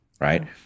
right